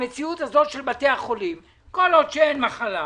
המציאות הזאת של בתי החולים כל עוד אין מחלה,